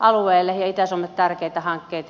alueelle ja itä suomelle tärkeitä hankkeita ja aloitteita